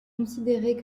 considérée